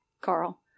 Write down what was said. Carl